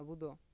ᱟᱵᱚ ᱫᱚ